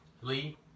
Lee